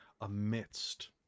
amidst